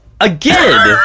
again